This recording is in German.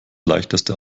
leichteste